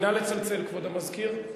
נא לצלצל, כבוד המזכיר.